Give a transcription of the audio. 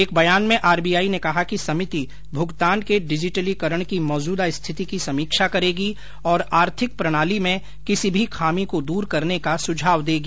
एक बयान में आर बी आई ने कहा कि समिति भुगतान के डिजिटलीकरण की मौजूदा स्थिति की समीक्षा करेगी और आर्थिक प्रणाली में किसी भी खामी को दूर करने का सुझाव देगी